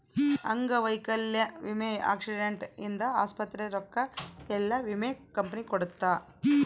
ಅಂಗವೈಕಲ್ಯ ವಿಮೆ ಆಕ್ಸಿಡೆಂಟ್ ಇಂದ ಆಸ್ಪತ್ರೆ ರೊಕ್ಕ ಯೆಲ್ಲ ವಿಮೆ ಕಂಪನಿ ಕೊಡುತ್ತ